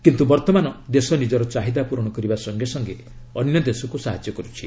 କିନ୍ତୁ ବର୍ତ୍ତମାନ ଦେଶ ନିଜର ଚାହିଦା ପୂରଣ କରିବା ସଙ୍ଗେ ସଙ୍ଗେ ଅନ୍ୟ ଦେଶକୁ ସାହାଯ୍ୟ କରୁଛି